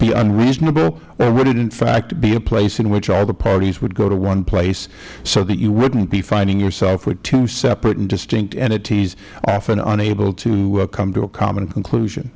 be unreasonable or would it in fact be a place in which all the parties would go to one place so that you wouldn't be finding yourself with two separate and distinct entities often unable to come to a common conclusion